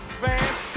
fans